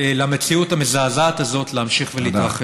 למציאות המזעזעת הזאת להמשיך ולהתרחש.